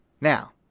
Now